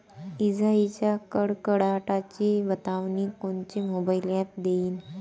इजाइच्या कडकडाटाची बतावनी कोनचे मोबाईल ॲप देईन?